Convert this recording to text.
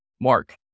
Mark